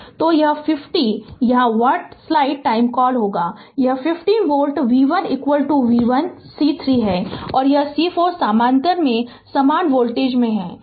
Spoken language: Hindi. तो 50 यहाँ व्हाट स्लाइड टाइमकॉल होगा यह 50 वोल्ट v1 v1 C3 है और c4 समानांतर में समान वोल्टेज हैं